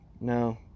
No